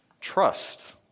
trust